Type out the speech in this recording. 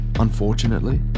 Unfortunately